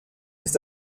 ist